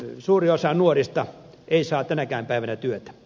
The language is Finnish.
suuri osa nuorista ei saa tänäkään päivänä työtä